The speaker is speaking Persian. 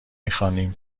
میخوانیم